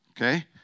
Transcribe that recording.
Okay